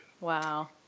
Wow